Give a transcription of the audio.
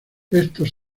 estos